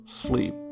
sleep